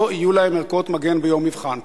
לא יהיו להם ערכות מגן ביום מבחן.